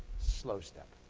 slow step.